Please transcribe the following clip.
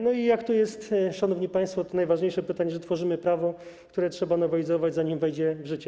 No i jak to jest, szanowni państwo - to najważniejsze pytanie - że tworzymy prawo, które trzeba nowelizować, zanim wejdzie w życie.